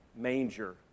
manger